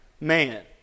man